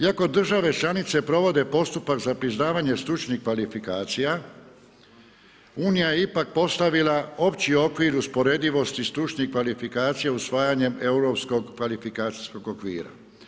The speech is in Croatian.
Iako države članice provode postupak za priznavanje stručnih kvalifikacija, Unija je ipak postavila opći okvir usporedivosti stručnih kvalifikacija usvajanjem Europskog kvalifikacijskog okvira.